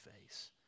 face